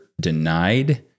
denied